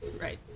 right